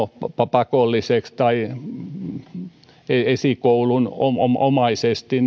pakolliseksi tai esikoulunomaisesti